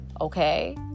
okay